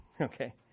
okay